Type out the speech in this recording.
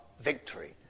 victory